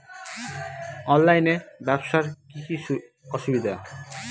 অনলাইনে ব্যবসার কি কি অসুবিধা?